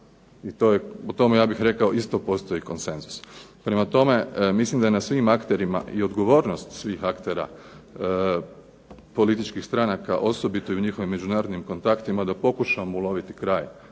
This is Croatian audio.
i to je, o tome ja bih rekao isto postoji konsenzus. Prema tome, mislim da je na svim akterima i odgovornost svih aktera političkih stranaka osobito i u njihovim međunarodnim kontaktima da pokušamo uloviti kraj